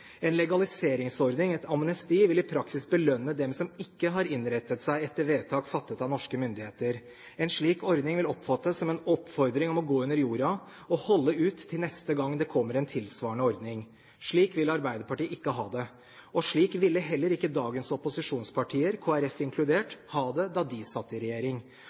En legaliseringsordning, et amnesti, vil i praksis belønne dem som ikke har innrettet seg etter vedtak fattet av norske myndigheter. En slik ordning vil oppfattes som en oppfordring om å gå under jorda og holde ut til neste gang det kommer en tilsvarende ordning. Slik vil Arbeiderpartiet ikke ha det. Og slik ville heller ikke dagens opposisjonspartier, Kristelig Folkeparti inkludert, ha det da de satt i regjering.